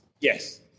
Yes